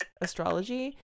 astrology